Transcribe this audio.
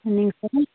சரிங்க சார்